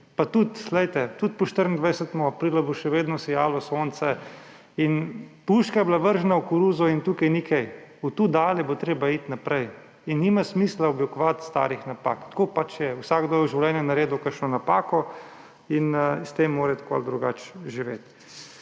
lažje živeli. Tudi po 24. aprilu bo še vedno sijalo sonce. Puška je bila vržena v koruzo in tukaj ni kaj. Od tu dalje bo treba iti naprej in nima smisla objokovati starih napak. Tako pač je, vsakdo je v življenju naredil kakšno napako in s tem mora tako ali drugače živeti.